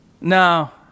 No